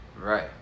Right